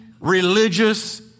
religious